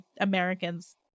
Americans